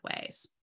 ways